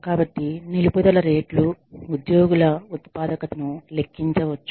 కాబట్టి నిలుపుదల రేట్లు ఉద్యోగుల ఉత్పాదకతను లెక్కించవచ్చు